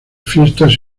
fiestas